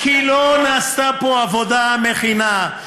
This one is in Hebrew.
כי לא נעשתה פה עבודה מכינה,